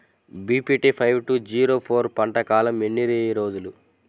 BPT five two zero four పంట కాలంలో ఎన్ని రోజులు?